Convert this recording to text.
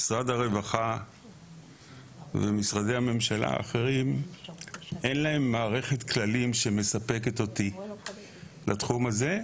משרד הרווחה ומשרדי הממשלה האחרים מערכת כללים שמספקת אותי לתחום הזה,